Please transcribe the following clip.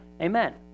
Amen